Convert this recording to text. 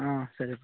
சரிப்பா